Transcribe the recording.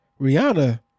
Rihanna